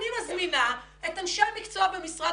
אני מזמינה את אנשי המקצוע במשרד